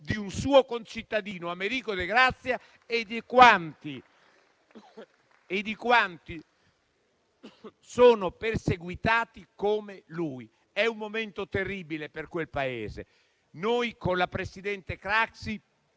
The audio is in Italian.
di un suo concittadino, Américo de Grazia, e di quanti sono come lui perseguitati. È un momento terribile per quel Paese. Noi, con la presidente Craxi,